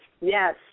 yes